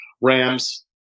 rams